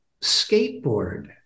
skateboard